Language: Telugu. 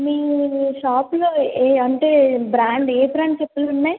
మీ షాప్లో ఏ అంటే బ్రాండ్ ఏ బ్రాండ్ చెప్పలున్నాయి